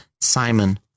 Simon